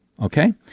Okay